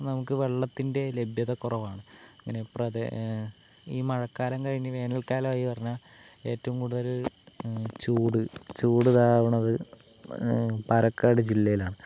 നമുക്ക് വെള്ളത്തിൻ്റെ ലഭ്യത കുറവാണ് ഇപ്പോളത് ഈ മഴക്കാലം കഴിഞ്ഞ് വേനൽകാലമായി പറഞ്ഞാൽ ഏറ്റവും കൂടുതൽ ചൂട് ചൂട് ഇതാകുന്നത് പാലക്കാട് ജില്ലയിലാണ്